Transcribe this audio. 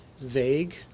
vague